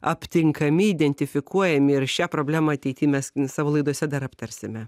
aptinkami identifikuojami ir šią problemą ateity mes savo laidose dar aptarsime